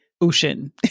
ocean